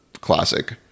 classic